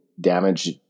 damage